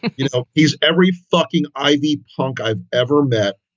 you know, he's every fucking ivy punk i've ever met,